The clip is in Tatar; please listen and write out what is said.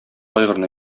айгырны